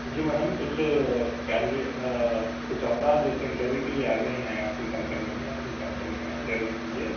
جی madam کچھ کینڈی کچھ افراد جیسے انٹرویو کے لیے آئے ہوئے ہیں آپ کی کمپنی میں آپ کی کمپنی میں انٹرویو کے لیے